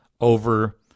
over—